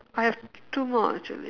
I have two more actually